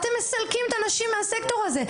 אתם מסלקים את הנשים מהסקטור הזה.